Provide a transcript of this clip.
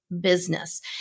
business